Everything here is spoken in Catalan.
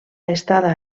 estada